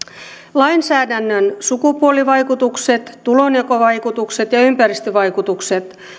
lainsäädännön sukupuolivaikutukset tulonjakovaikutukset ja ympäristövaikutukset